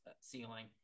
ceiling